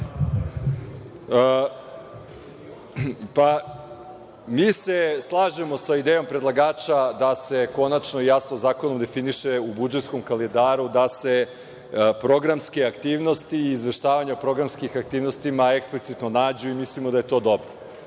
Mi se slažemo sa idejom predlagača da se konačno i jasno zakonom definiše u budžetskom kalendaru da se programske aktivnosti i izveštavanja programskih aktivnosti eksplicitno nađu i mislimo da je to dobro. Ono